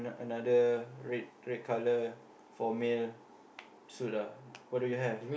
and another red red colour for male suit ah what do you have